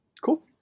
Cool